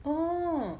oh